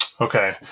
Okay